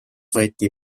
võeti